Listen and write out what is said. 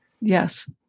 yes